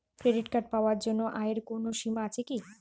Debit card পাওয়ার জন্য আয়ের কোনো সীমা আছে কি?